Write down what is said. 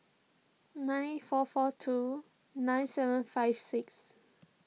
nine four four two nine seven five six